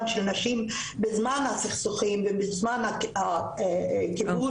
של נשים בזמן הסכסוכים ובזמן הכיבוש,